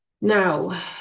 Now